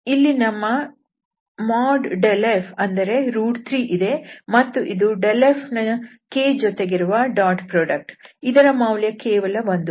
ಇಲ್ಲಿ ನಮ್ಮ |f| ಅಂದರೆ 3 ಇದೆ ಮತ್ತು ಇದು f ನ k ಜೊತೆಗಿರುವ ಡಾಟ್ ಪ್ರೋಡಕ್ಟ್ ಇದರ ಮೌಲ್ಯ ಕೇವಲ 1